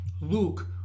Luke